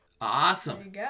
Awesome